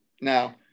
Now